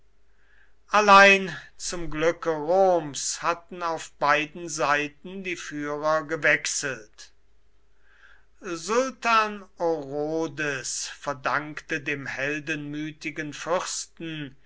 allein zum glücke roms hatten auf beiden seiten die führer gewechselt sultan orodes verdankte dem heldenmütigen fürsten